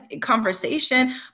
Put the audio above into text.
conversation